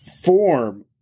form